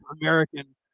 American